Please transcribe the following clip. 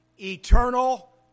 eternal